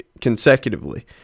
consecutively